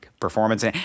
Performance